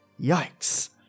Yikes